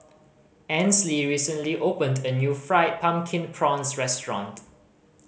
Ansley recently opened a new Fried Pumpkin Prawns restaurant